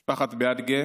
משפחת ביאדגה,